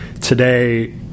today